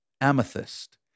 amethyst